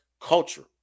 culture